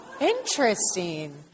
Interesting